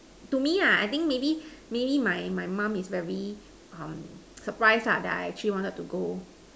to me ah I think maybe maybe my my mum is very surprised that I actually want to go